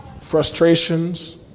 frustrations